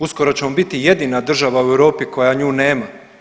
Uskoro ćemo biti jedina država u Europi koja nju nema.